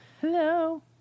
Hello